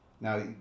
Now